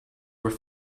were